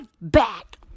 back